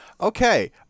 okay